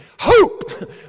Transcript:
Hope